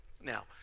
Now